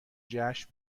جشن